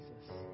Jesus